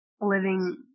living